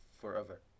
forever